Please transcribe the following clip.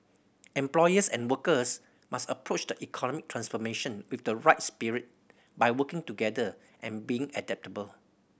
employers and workers must approach the economic transformation with the right spirit by working together and being adaptable